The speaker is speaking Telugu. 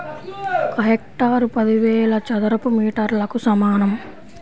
ఒక హెక్టారు పదివేల చదరపు మీటర్లకు సమానం